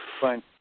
Fine